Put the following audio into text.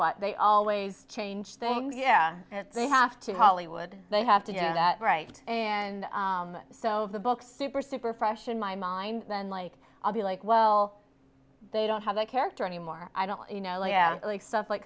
what they always change things yeah they have to hollywood they have to get that right and so the book super super fresh in my mind then like i'll be like well they don't have a character anymore i don't you know i like stuff like